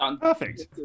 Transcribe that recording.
Perfect